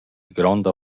gronda